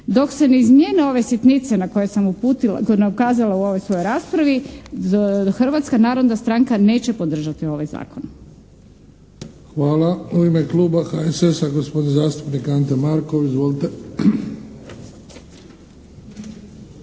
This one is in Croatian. Dok se ne izmijene ove sitnice na koje sam uputila, ukazala u ovoj svojoj raspravi Hrvatska narodna stranka neće podržati ovaj zakon. **Bebić, Luka (HDZ)** Hvala. U ime kluba HSS-a, gospodin zastupnik Ante Markov. Izvolite.